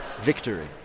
victory